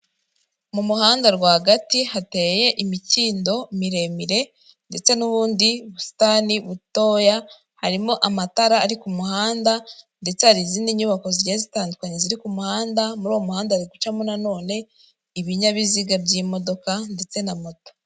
Mu muhanda rwagati hateye imikindo miremire ndetse n'ubundi busitani butoya, harimo amatara ari ku muhanda ndetse hari izindi nyubako zigiye zitandukanye ziri ku muhanda, muri uwo muhanda hari gucamo na none ibinyabiziga by'imodoka ndetse na moto.